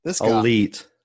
Elite